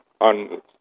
on